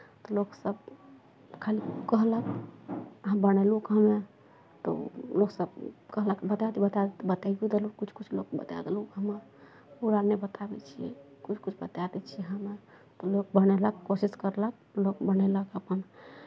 तऽ लोक सभ कहलक हम बनेलहुँ तऽ लोकसभ कहलक बताए दिअ तऽ बता देलहुँ किछु किछु लोककेँ बताए देलहुँ हमे पूरा नहि बताबै छियै किछु किछु बताए दै छियै हमे ओहो बनेलक कोशिश करलक लोक बनेलक अपन